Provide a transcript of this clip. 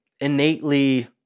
innately